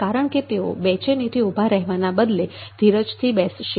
કારણ કે તેઓ બેચેનીથી ઊભા રહેવાના બદલે ધીરજથી બેસશે